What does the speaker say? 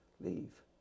leave